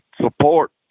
support